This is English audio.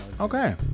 okay